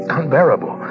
unbearable